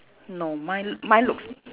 no mine mine looks